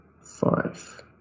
five